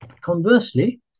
conversely